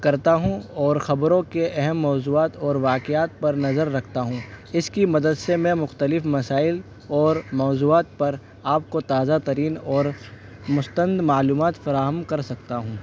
کرتا ہوں اور خبروں کے اہم موضوعات اور واقعات پر نظر رکھتا ہوں اس کی مدد سے میں مختلف مسائل اور موضوعات پر آپ کو تازہ ترین اور مستند معلومات فراہم کر سکتا ہوں